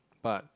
but